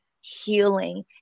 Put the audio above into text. healing